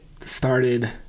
started